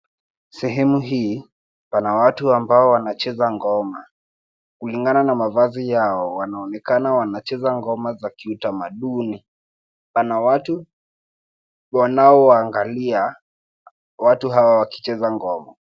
Sehemu hii pana watu ambao wanacheza ngoma. Kulingana na mavazi yao wanaonekana wanacheza ngoma za kiutamaduni. Pana watu wanaowaangalia, watu hawa wakicheza ngoma.